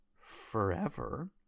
forever